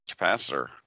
Capacitor